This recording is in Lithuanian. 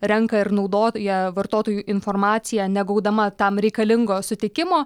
renka ir naudotoja vartotojų informaciją negaudama tam reikalingo sutikimo